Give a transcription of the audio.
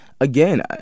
Again